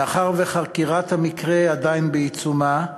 מאחר שחקירת המקרה עדיין בעיצומה,